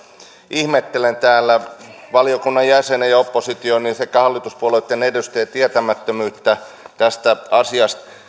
ihmettelen täällä valiokunnan jäsenen ja opposition sekä hallituspuolueitten edustajien tietämättömyyttä tästä asiasta